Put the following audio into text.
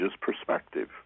perspective